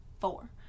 four